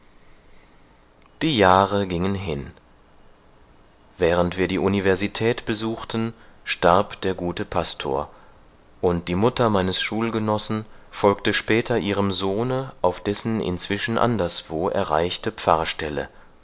die jahre gingen hin während wir die universität besuchten starb der gute pastor und die mutter meines schulgenossen folgte später ihrem sohne auf dessen inzwischen anderswo erreichte